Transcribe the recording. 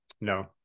No